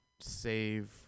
save